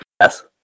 Yes